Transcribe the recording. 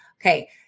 Okay